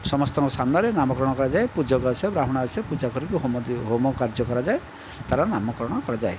ସମସ୍ତଙ୍କ ସାମ୍ନାରେ ନାମକରଣ କରାଯାଏ ପୂଜକ ଆସେ ବ୍ରାହ୍ମଣ ଆସେ ପୂଜା କରିକି ହୋମ ହୋମ କାର୍ଯ୍ୟ କରାଯାଏ ତା'ର ନାମକରଣ କରାଯାଏ